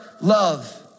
love